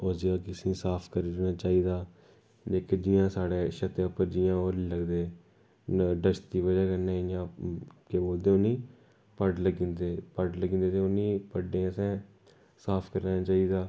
ओह् जगह असेंगी साफ करी ओड़नी चाहिदी जेह्के जि'यां साढ़े छते उप्पर जि'यां ओह् लगदे डस्ट दी बजह कन्नै जि'यां केह् बोलदे उ'नें गी पड़ लग्गी जंदे पड़ लग्गी जंदे ते उ'नें गी पड़ें गी असें साफ करी लेना चाहिदा